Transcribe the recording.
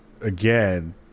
again